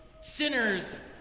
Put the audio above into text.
Sinners